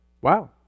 Wow